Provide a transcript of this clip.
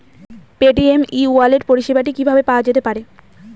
Paytm e wallet পরিষেবাটি কিভাবে পাওয়া যেতে পারে?